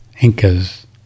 Incas